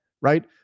right